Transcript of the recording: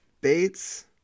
Bates